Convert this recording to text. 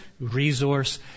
resource